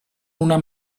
una